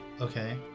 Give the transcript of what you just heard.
Okay